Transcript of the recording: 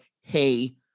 Hey